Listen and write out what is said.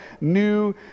new